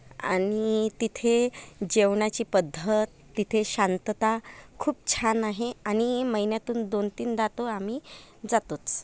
आणि तिथे जेवणाची पद्धत तिथे शांतता खूप छान आहे आणि महिन्यातून दोन तीनदा तो आम्ही जातोच